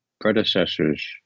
predecessors